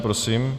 Prosím.